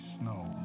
Snow